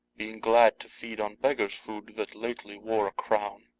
being glad to feed on beggars' food that lately wore a crown.